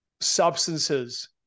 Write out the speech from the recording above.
substances